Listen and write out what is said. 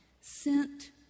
sent